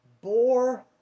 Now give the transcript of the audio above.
bore